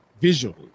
visually